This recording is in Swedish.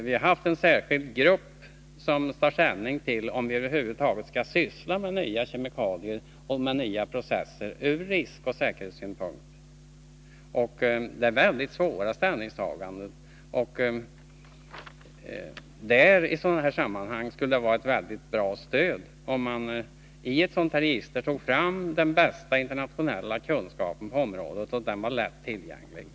Vi har haft en särskild grupp som från riskoch säkerhetssynpunkt bedömt om vi över huvud taget skall syssla med nya kemikalier och processer. Det är mycket svåra ställningstaganden. I sådana sammanhang skulle det vara ett bra stöd om man tog fram den bästa internationella kunskapen på området och gjorde den lätt tillgänglig i ett register.